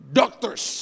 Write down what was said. doctors